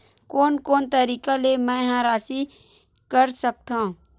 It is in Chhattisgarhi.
कोन कोन तरीका ले मै ह राशि कर सकथव?